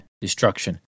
destruction